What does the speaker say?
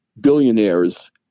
billionaires